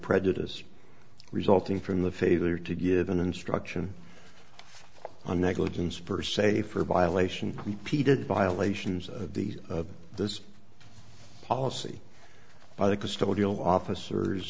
prejudice resulting from the failure to give an instruction the negligence per se for violation competed violations of the this policy by the custodial officers